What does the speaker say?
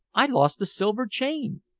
i lost a silver chain.